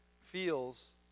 feels